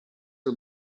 are